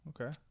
okay